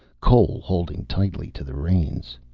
cole holding tightly to the reins.